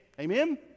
amen